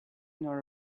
nor